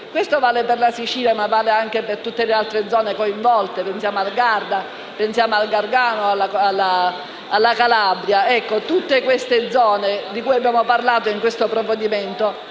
Questo vale per la Sicilia e per tutte le altre zone coinvolte: pensiamo al Garda, al Gargano o alla Calabria. Tutte queste zone, di cui abbiamo parlato nel provvedimento